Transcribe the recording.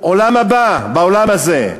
עולם הבא בעולם הזה.